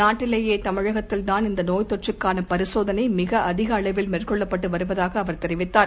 நாட்டிலேயேதமிழகத்தில்தான் இந்தநோய் தொற்றுக்கானபரிசோதனைமிகஅதிகஅளவில் மேற்கொள்ளப்பட்டுவருவதாகஅவர் தெரிவித்தார்